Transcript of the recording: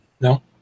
No